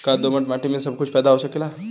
का दोमट माटी में सबही कुछ पैदा हो सकेला?